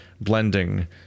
blending